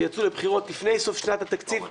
שיצאו לבחירות לפני סוף שנת התקציב.